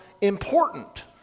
important